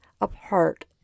apart